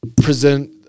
present